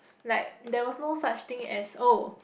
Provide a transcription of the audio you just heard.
like there was no such thing as oh